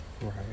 Right